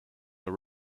the